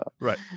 Right